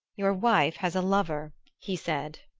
your wife has a lover he said.